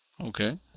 Okay